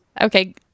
Okay